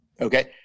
okay